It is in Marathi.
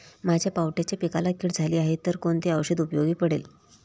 माझ्या पावट्याच्या पिकाला कीड झाली आहे तर कोणते औषध उपयोगी पडेल?